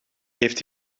heeft